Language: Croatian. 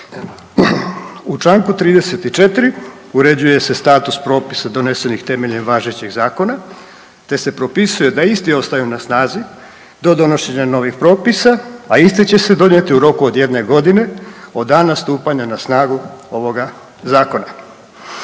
U čl. 34. uređuje se status propisa donesenih temeljem važećih zakona te se propisuje da isti ostaju na snazi do donošenja novih propisa a isti će se donijeti u roku od 1 godine od dana stupanja na snagu ovog zakona.